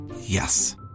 Yes